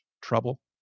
trouble